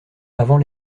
avant